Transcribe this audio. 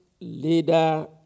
leader